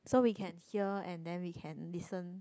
so we can hear and then we can listen